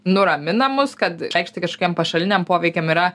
nuramina mus kad reikšti kažkokiem pašaliniam poveikiam yra